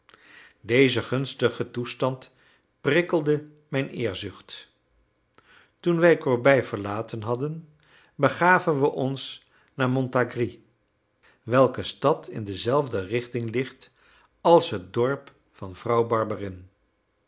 deze gunstige toestand prikkelde mijne eerzucht toen wij corbeil verlaten hadden begaven we ons naar montargis welke stad in dezelfde richting ligt als het dorp van vrouw